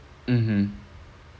mmhmm